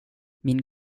min